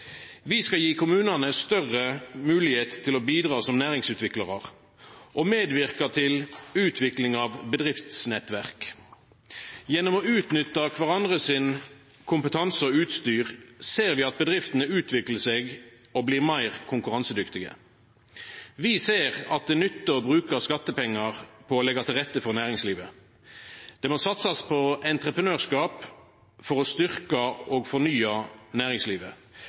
Vi skal gje kommunane større moglegheit til å bidra som næringsutviklarar og medverka til utvikling av bedriftsnettverk. Gjennom å utnytta kvarandre sin kompetanse og kvarandre sitt utstyr ser vi at bedriftene utviklar seg og blir meir konkurransedyktige. Vi ser at det nyttar å bruka skattepengar på å leggja til rette for næringslivet. Det må satsast på entreprenørskap for å styrkja og fornya næringslivet.